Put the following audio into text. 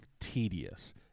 tedious